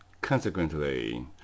Consequently